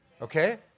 Okay